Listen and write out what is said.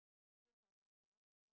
three towels sia